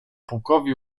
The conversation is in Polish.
pukowi